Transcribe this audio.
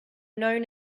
known